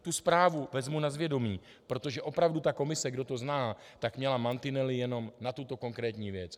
Tu zprávu vezmu na vědomí, protože opravdu ta komise, kdo to zná, měla mantinely jenom na tuto konkrétní věc.